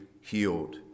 healed